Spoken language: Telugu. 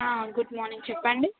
గుడ్ మార్నింగ్ చెప్పండి